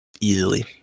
Easily